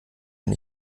bin